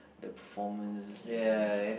the performance ya